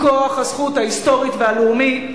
מכוח הזכות ההיסטורית והלאומית.